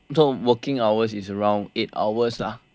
so so working hours is around eight hours lah